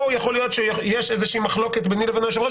פה יכול להיות שיש איזה מחלוקת ביני לבין היושב ראש,